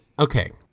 okay